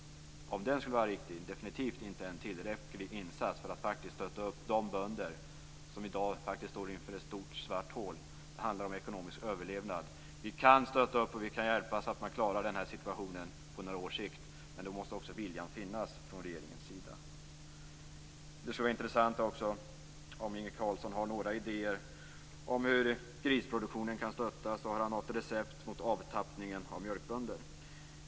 Om den skulle vara riktig är det definitivt inte en tillräcklig insats för att stötta de bönder som i dag står inför ett stort, svart hål. Det handlar om ekonomisk överlevnad. Vi kan stötta och hjälpa så att man klarar den här situationen på några års sikt, men då måste också viljan finnas från regeringens sida. Det skulle också vara intressant att höra om Inge Carlsson har några idéer om hur grisproduktionen kan stöttas och om han har något recept mot avtappningen av mjölkbönder.